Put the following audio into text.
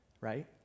right